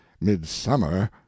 midsummer